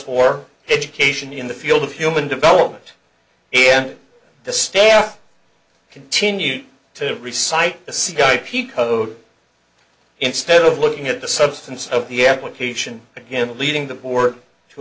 for education in the field of human development and the staff continued to every site to see ip code instead of looking at the substance of the application again leading the board t